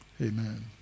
amen